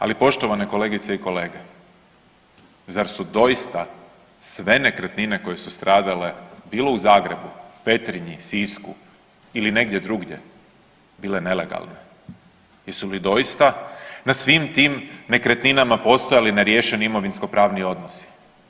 Ali poštovane kolegice i kolege, zar su doista sve nekretnine koje su stradale bilo u Zagrebu, Petrinji, Sisku ili negdje drugdje bile nelegalne, jesu li doista na svim tim nekretninama postojali neriješeni imovinskopravni odnosi?